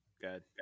good